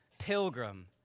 Pilgrim